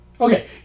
Okay